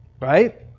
right